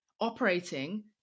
operating